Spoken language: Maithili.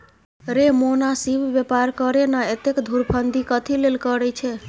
रे मोनासिब बेपार करे ना, एतेक धुरफंदी कथी लेल करय छैं?